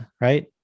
right